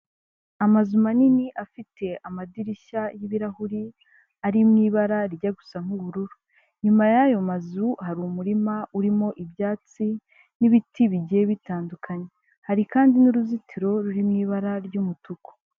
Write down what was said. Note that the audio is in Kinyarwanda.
Amazu manini afite amadirishya y'ibirahuri, ari mu ibara rijya gusa nk'ubururu. Inyuma yayo mazu hari umurima urimo ibyatsi n'ibiti bigiye bitandukanye, hari kandi n'uruzitiro ruri mu ibara ry'umutuku.